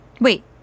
Wait